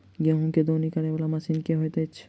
गेंहूँ केँ दौनी करै वला मशीन केँ होइत अछि?